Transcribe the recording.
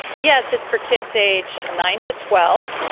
yes, it's for kids age nine to twelve,